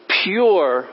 pure